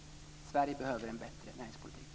Sverige behöver en bättre näringspolitik.